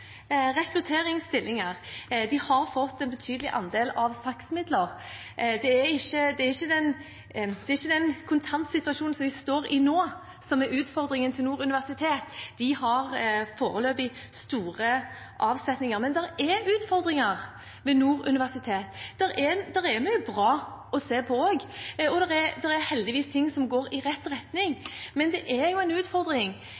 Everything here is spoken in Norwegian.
rekrutteringsstillinger. De har fått en betydelig andel av SAKS-midler. Det er ikke den kontantsituasjonen som de står i nå, som er utfordringen for Nord universitet; de har foreløpig stor avsetning, men det er utfordringer ved Nord universitet. Det er mye bra å se også, det er heldigvis ting som går i rett